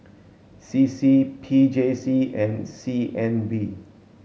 C C P J C and C N B